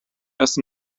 erst